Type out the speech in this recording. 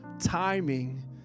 Timing